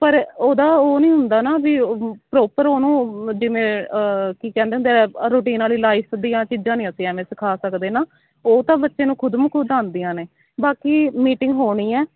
ਪਰ ਉਹਦਾ ਉਹ ਨਹੀਂ ਹੁੰਦਾ ਨਾ ਵੀ ਉ ਪਰੋਪਰ ਉਹਨੂੰ ਉ ਜਿਵੇਂ ਕੀ ਕਹਿੰਦੇ ਹੁੰਦੇ ਰੁੰਟੀਨ ਵਾਲੀ ਲਾਈਫ਼ ਦੀਆਂ ਚੀਜ਼ਾਂ ਨਹੀਂ ਅਸੀਂ ਐਵੇਂ ਸਿਖਾ ਸਕਦੇ ਨਾ ਉਹ ਤਾਂ ਬੱਚੇ ਨੂੰ ਖੁਦ ਨੂੰ ਖੁਦ ਆਉਂਦੀਆਂ ਨੇ ਬਾਕੀ ਮੀਟਿੰਗ ਹੋਣੀ ਹੈ